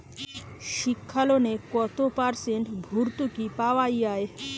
শিক্ষা লোনে কত পার্সেন্ট ভূর্তুকি পাওয়া য়ায়?